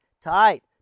tight